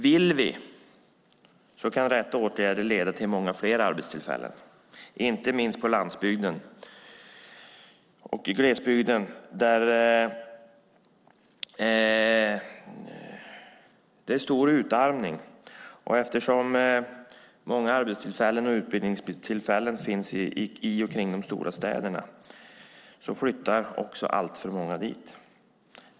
Om vi vill kan rätt åtgärder leda till många fler arbetstillfällen, inte minst på landsbygden och i glesbygden där utarmningen är stor. Eftersom många arbetstillfällen och utbildningstillfällen finns i och runt de stora städerna flyttar alltför många dit.